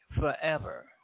forever